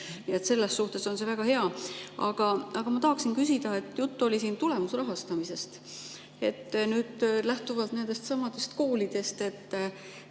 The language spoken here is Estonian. selles suhtes on see väga hea. Aga ma tahan küsida. Juttu oli tulemusrahastamisest. Lähtuvalt nendest samadest koolidest,